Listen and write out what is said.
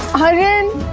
aryan,